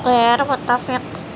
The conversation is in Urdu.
غیر متفق